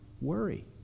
worry